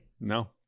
No